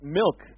milk